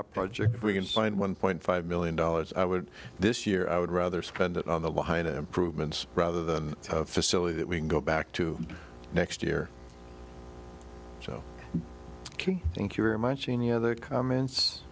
a project we can sign one point five million dollars i would this year i would rather spend it on the line of improvements rather than a facility that we can go back to next year so thank you very much in your other comments